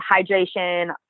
hydration